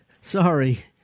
sorry